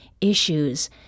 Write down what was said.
issues